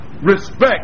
Respect